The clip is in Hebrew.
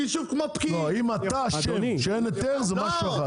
אם אתה אשם בכך שאין היתר זה משהו אחד.